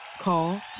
Call